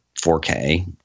4K